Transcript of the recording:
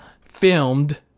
filmed